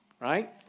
Right